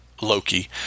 Loki